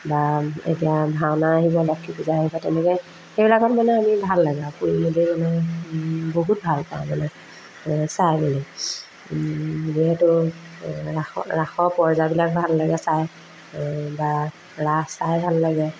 বা এতিয়া ভাওনা আহিব লক্ষ্মী পূজা আহিব তেনেকৈ সেইবিলাকত মানে আমি ভাল লাগে আৰু ফুৰি মেলি মানে বহুত ভাল পাওঁ মানে চাই মেলি যিহেতু ৰাসত ৰাসৰ পৰ্যায়বিলাক ভাল লাগে চাই বা ৰাস চাই ভাল লাগে